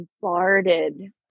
bombarded